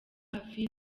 hafi